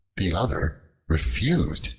the other refused,